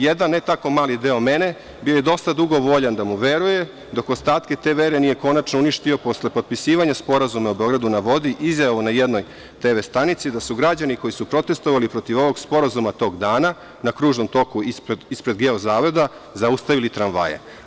Jedan ne tako mali deo mene bio je dosta dugo voljan da mu veruje, dok ostatke te vere nije konačno uništio posle potpisivanja sporazuma o „Beogradu na vodi“, izjavom na jednoj TV stanici da su građani koji su protestovali protiv ovog sporazuma tog dana na kružnom toku ispred Geo zavoda zaustavili tramvaje.